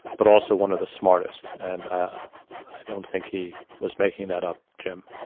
but also one of the smartest, and i don't think he was making that up, jim.